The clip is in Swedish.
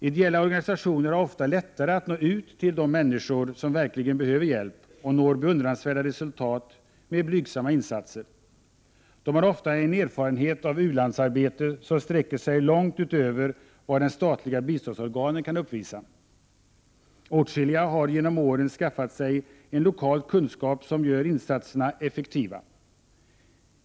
Ideella organisationer har ofta lättare att nå ut till de människor som verkligen behöver hjälp och når beundransvärda resultat med blygsamma insatser. De har ofta en erfarenhet av u-landsarbete som sträcker sig långt utöver vad de statliga biståndsorganen kan uppvisa. Åtskilliga har genom åren skaffat sig en lokal kunskap som gör insatserna effektiva.